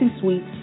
Suites